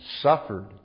suffered